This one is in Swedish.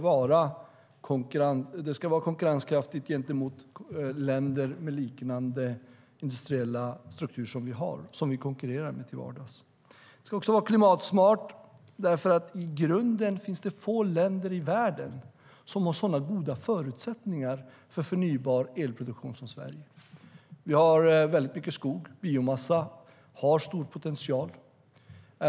Vi ska vara konkurrenskraftiga gentemot länder med liknande industriella strukturer, sådana som vi konkurrerar med till vardags. Elproduktionen ska vara klimatsmart, för i grunden finns det få länder i världen som har så goda förutsättningar för förnybar elproduktion som Sverige. Vi har mycket skog, biomassa, vilket har stor potential.